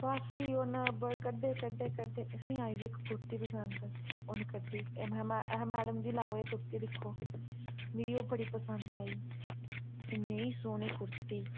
काफी उ'नें कड्डे कड्डे कड्डे कड्डे असें आई इक कुर्ती पसंद उ'नें कड्डी अहें मैड अहें मैडम जी लैओ एह् कुर्ती दिक्खो मिगी ओह् बड़ी पसंद आई इन्नी सोह्नी कुर्ती